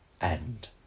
end